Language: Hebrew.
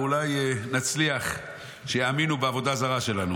ואולי נצליח שיאמינו בעבודה הזרה שלנו.